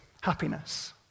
happiness